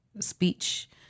speech